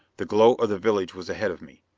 the glow of the village was ahead of me.